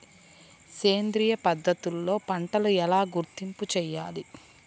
సేంద్రియ పద్ధతిలో పంటలు ఎలా గుర్తింపు చేయాలి?